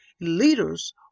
leaders